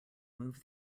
move